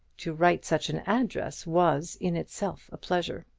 to write such an address was in itself a pleasure.